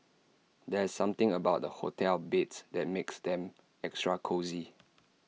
there is something about the hotel beds that makes them extra cosy